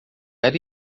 era